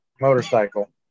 motorcycle